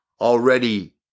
already